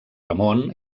ramon